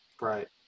Right